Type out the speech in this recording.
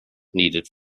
needed